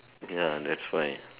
ya that's why